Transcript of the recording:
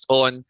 on